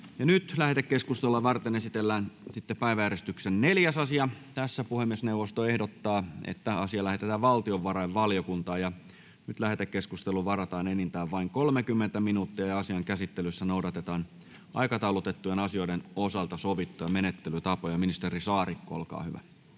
Lähetekeskustelua varten esitellään päiväjärjestyksen 4. asia. Puhemiesneuvosto ehdottaa, että asia lähetetään valtiovarainvaliokuntaan. Nyt lähetekeskusteluun varataan enintään vain 30 minuuttia. Asian käsittelyssä noudatetaan aikataulutettujen asioiden osalta sovittuja menettelytapoja. — Ministeri Saarikko, olkaa hyvä.